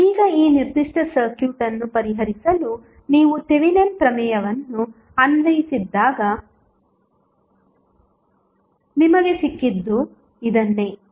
ಈಗ ಈ ನಿರ್ದಿಷ್ಟ ಸರ್ಕ್ಯೂಟ್ ಅನ್ನು ಪರಿಹರಿಸಲು ನೀವು ಥೆವೆನಿನ್ ಪ್ರಮೇಯವನ್ನು ಅನ್ವಯಿಸದಿದ್ದಾಗ ನಿಮಗೆ ಸಿಕ್ಕಿದ್ದು ಇದನ್ನೇ